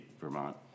Vermont